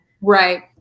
Right